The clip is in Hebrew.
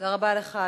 תודה רבה לך,